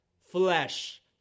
Flesh